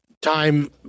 Time